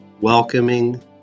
welcoming